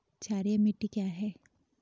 क्षारीय मिट्टी क्या है?